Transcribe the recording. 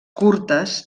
curtes